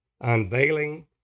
unveiling